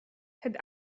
had